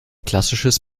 klassisches